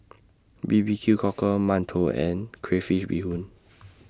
B B Q Cockle mantou and Crayfish Beehoon